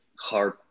hard